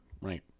Right